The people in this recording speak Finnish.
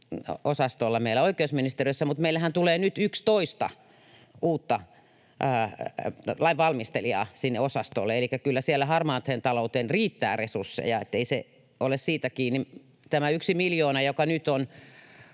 oli yksi htv lisää, mutta meillehän tulee nyt 11 uutta lainvalmistelijaa sinne osastolle, elikkä kyllä harmaaseen talouteen riittää resursseja, ei se ole siitä kiinni. Tämä yksi miljoona, joka nyt on